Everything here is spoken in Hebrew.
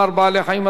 12 בעד, אין מתנגדים,